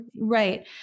right